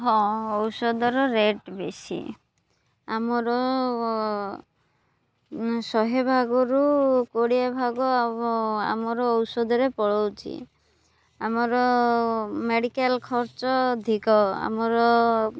ହଁ ଔଷଧର ରେଟ୍ ବେଶୀ ଆମର ଶହେ ଭାଗରୁ କୋଡ଼ିଏ ଭାଗ ଆମ ଆମର ଔଷଧରେ ପଳାଉଛି ଆମର ମେଡ଼ିକାଲ୍ ଖର୍ଚ୍ଚ ଅଧିକ ଆମର